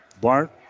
Bart